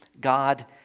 God